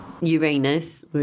Uranus